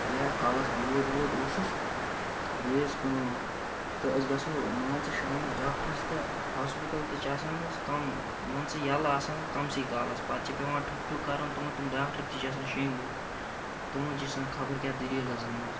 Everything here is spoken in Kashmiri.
یا کَلَس دود وود اوسُس گٔے حظ کٲم تہٕ أسۍ گژھو مان ژٕ شامَس ڈاکٹرس تہٕ ہاسپِتل تہِ چھِ آسان حظ کَم مان ژٕ یَلہٕ آسان کَمسٕے کالَس پَتہٕ چھِ پٮ۪وان ٹھُک ٹھُک کَرُن تِمَن تِم ڈاکٹر تہِ چھِ آسان شۅنٛگمٕتۍ تِمَن تہِ چھُ آسان خبر کیٛاہ دٔلیٖل حظ گٔمٕژ